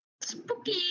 Spooky